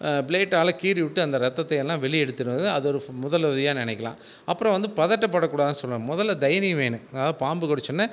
ப்ளேட்டால் கீறி விட்டு அந்த இரத்தத்தை எல்லாம் வெளியே எடுத்துறது அது ஒரு ஃபு முதலுதவியாக நினைக்கலாம் அப்புறம் வந்து பதட்டப்படக்கூடாதுன்னு சொல்லணும் முதல்ல தைரியம் வேணும் அதாவது பாம்பு கடிச்சொன்னே